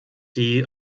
die